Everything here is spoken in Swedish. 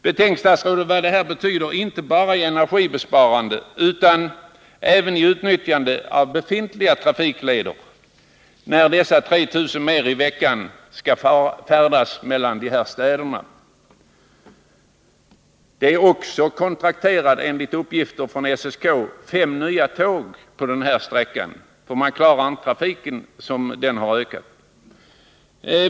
Betänk, herr statsråd, vad det betyder inte bara för energisparandet utan även för utnyttjandet av befintliga trafikleder, när dessa 3 000 fler resande i veckan skall färdas mellan dessa städer. Enligt uppgift från SSK är nu fem stycken nya tåg kontrakterade för denna sträcka. Man klarar annars inte trafiken såsom den har ökat.